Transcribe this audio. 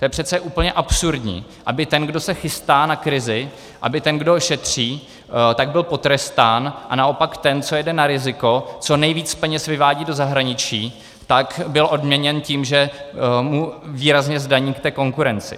To je přece úplně absurdní, aby ten, kdo se chystá na krizi, aby ten, kdo šetří, byl potrestán a naopak ten, co jede na riziko, co nejvíc peněz vyvádí do zahraničí, byl odměněn tím, že mu výrazně zdaníte konkurenci.